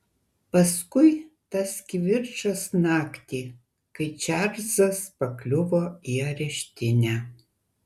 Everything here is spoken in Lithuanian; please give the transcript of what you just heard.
paskui tas kivirčas naktį kai čarlzas pakliuvo į areštinę